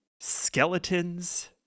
skeletons